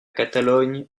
catalogne